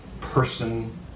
person